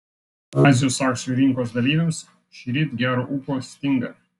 azijos akcijų rinkos dalyviams šįryt gero ūpo stinga